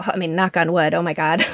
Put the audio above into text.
i mean, knock on wood. oh, my god.